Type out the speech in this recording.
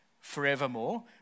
forevermore